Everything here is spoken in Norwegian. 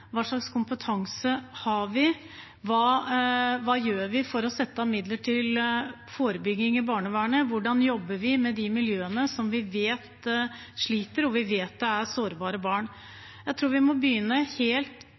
hva slags kompetanse de har, hva de gjør for å sette av midler til forebygging i barnevernet, og hvordan de jobber med de miljøene som vi vet sliter – og vi vet det er sårbare barn. Jeg tror vi må begynne helt